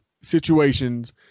situations